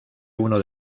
uno